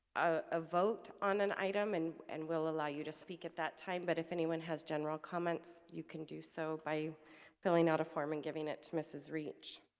ah vote on an item and and will allow you to speak at that time but if anyone has general comments, you can do so by filling out a form and giving it to mrs. reach